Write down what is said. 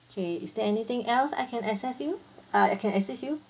K is there anything else I can access you uh I can assist you